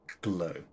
glow